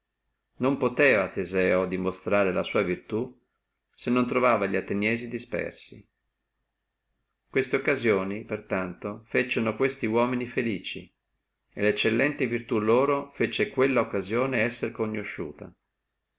non posseva teseo dimonstrare la sua virtù se non trovava li ateniesi dispersi queste occasioni per tanto feciono questi uomini felici e la eccellente virtù loro fece quella occasione esser conosciuta